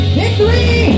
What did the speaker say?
victory